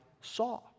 saw